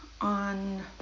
on